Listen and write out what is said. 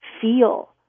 feel